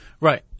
Right